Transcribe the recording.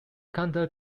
counter